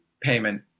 payment